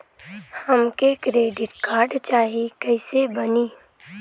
हमके credit card चाही कैसे बनी?